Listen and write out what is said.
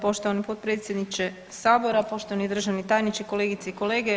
Poštovani potpredsjedniče sabora, poštovani državni tajniče, kolegice i kolege.